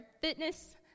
fitness